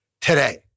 today